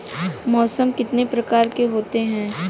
मौसम कितने प्रकार के होते हैं?